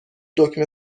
دکمه